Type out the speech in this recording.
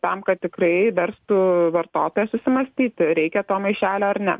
tam kad tikrai verstų vartotoją susimąstyti reikia to maišelio ar ne